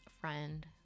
friend